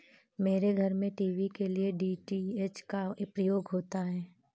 मेरे घर में टीवी के लिए डी.टी.एच का प्रयोग होता है